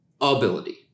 ability